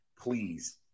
Please